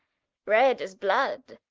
red as blood